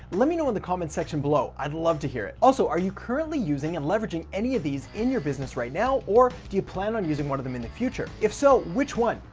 let me know in the comment section below. i'd love to hear it. also, are you currently using and leveraging any of these in your business right now or do you plan on using one of them in the future? if so, which one?